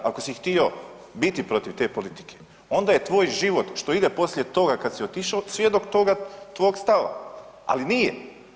Ako si htio biti protiv te politike onda je tvoj život što ide poslije toga kad si otišo svjedok toga tvog stava, ali nije.